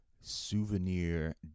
Souvenir